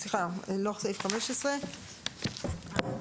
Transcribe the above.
יש לנו כאן